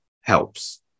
helps